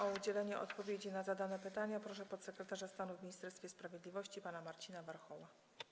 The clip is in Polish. O udzielenie odpowiedzi na zadane pytania proszę podsekretarza stanu w Ministerstwie Sprawiedliwości pana Marcina Warchoła.